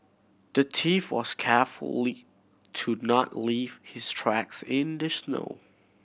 the thief was carefully to not leave his tracks in the snow